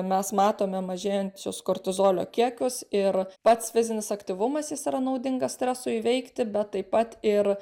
mes matome mažėjančius kortizolio kiekius ir pats fizinis aktyvumas jis yra naudingas stresui įveikti bet taip pat ir